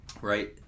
Right